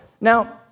Now